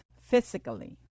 physically